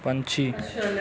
ਪੰਛੀ